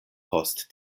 post